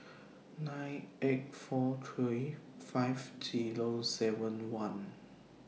nine eight four three five Zero seven one